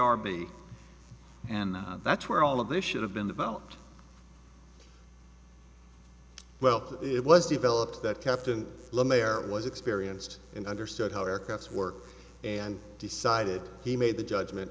rb and that's where all of this should have been developed well it was developed that captain there was experienced and understood how aircrafts work and decided he made the judgment